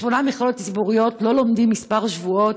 בשמונה מכללות ציבוריות לא לומדים כמה שבועות,